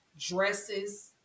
dresses